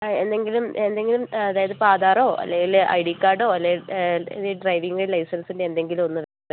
ആ എന്തെങ്കിലും എന്തെങ്കിലും അതായത് ഇപ്പോൾ ആധാറോ അല്ലെങ്കിൽ ഐ ഡി കാർഡോ അല്ലെങ്കിൽ ഡ്രൈവിംഗ് ലൈസൻസിൻ്റെ എന്തെങ്കിലും ഒന്ന്